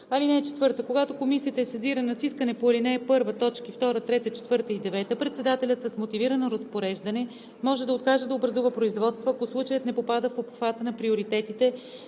4 и 5: „(4) Когато Комисията е сезирана с искане по ал. 1, т. 2, 3, 4 и 9, председателят с мотивирано разпореждане може да откаже да образува производство, ако случаят не попада в обхвата на приоритетите